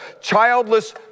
childless